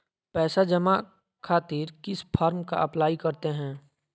पैसा जमा खातिर किस फॉर्म का अप्लाई करते हैं?